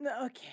Okay